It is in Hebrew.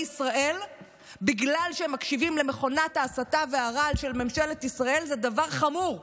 ישראל בגלל שהם מקשיבים למכונת ההסתה והרעל של ממשלת ישראל זה דבר חמור,